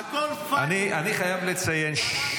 אופיר, אני מחכה לרגע שזה יסתיים בקריאה שלישית.